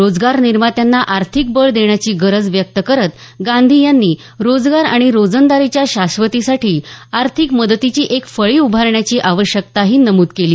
रोजगार निर्मात्यांना आर्थिक बळ देण्याची गरज व्यक्त करत गांधी यांनी रोजगार आणि रोजंदारीच्या शाश्वतीसाठी आर्थिक मदतीची एक फळी उभारण्याची आवश्यकताही नमूद केली